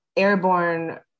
airborne